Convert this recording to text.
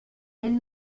ell